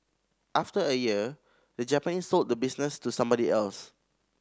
after a year the Japanese sold the business to somebody else